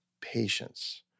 patience